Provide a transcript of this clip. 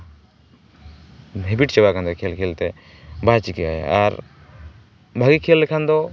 habit ᱪᱟᱵᱟᱣ ᱠᱟᱱ ᱛᱟᱭᱟ ᱠᱷᱮᱞ ᱠᱷᱮᱞᱛᱮ ᱵᱟᱭ ᱪᱤᱠᱟᱹᱜᱼᱟ ᱟᱨ ᱵᱷᱟᱜᱤᱭ ᱠᱷᱮᱞ ᱞᱮᱠᱷᱟᱱ ᱫᱚ